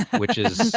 which is.